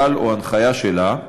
כלל או הנחיה שלה,